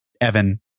Evan